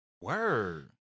Word